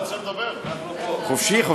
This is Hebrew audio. חופשי?